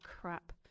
crap